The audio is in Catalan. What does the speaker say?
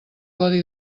codi